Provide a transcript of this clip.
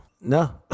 No